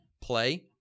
play